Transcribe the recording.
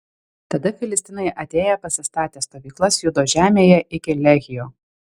tada filistinai atėję pasistatė stovyklas judo žemėje iki lehio